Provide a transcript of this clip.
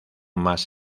más